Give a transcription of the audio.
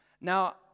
Now